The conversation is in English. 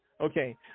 Okay